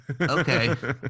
Okay